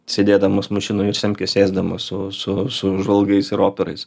sėdėdamas mašinoj ir semkes ėsdamas su su su žvalgais ir operais